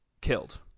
killed